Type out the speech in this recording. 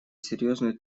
серьезную